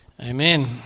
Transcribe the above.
Amen